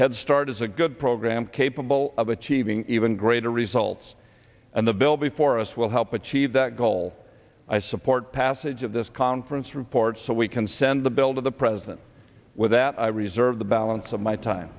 headstart is a good program capable of achieving even greater results and the bill before us will help achieve that goal i support passage of this conference report so we can send the bill to the president with that i reserve the balance of my time